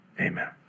amen